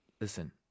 listen